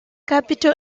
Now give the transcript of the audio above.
capital